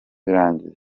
birangiye